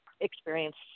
experience